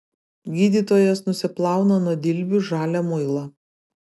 gydytojas nusiplauna nuo dilbių žalią muilą